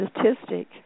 statistic